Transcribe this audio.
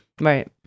Right